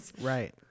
Right